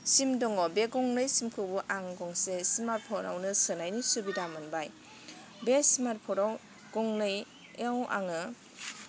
सिम दङ बे गंनै सिमखौ आं गंसे स्मार्ट फ'नावनो सोनायनि सुबिदा मोनबाय बे स्मार्ट फ'नाव गंनैयाव आङो